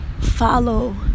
Follow